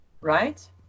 Right